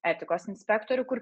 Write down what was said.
etikos inspektorių kur